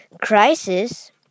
crisis